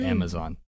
Amazon